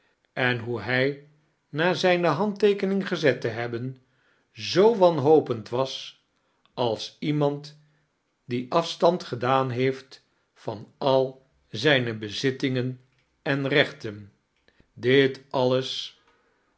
en hoe hij na zijne handteekendng gezet te hefobem zoo wanhopend was als iemand die afstand gedaan heeft van al zijne bezittingen en rechten dit alles